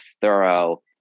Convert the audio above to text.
thorough